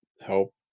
help